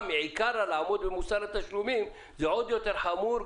מעיקר על לעמוד במוסר התשלומים זה עוד יותר חמור,